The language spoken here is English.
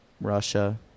Russia